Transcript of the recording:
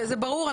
זה ברור.